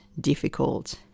difficult